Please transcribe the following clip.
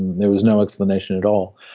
there was no explanation at all.